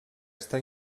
està